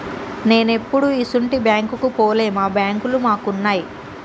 నేనెప్పుడూ ఇసుంటి బాంకుకు పోలే, మా బాంకులు మాకున్నయ్